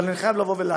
אבל אני חייב להגיד,